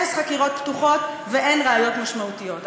אפס חקירות פתוחות ואין ראיות משמעותיות.